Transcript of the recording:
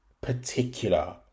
particular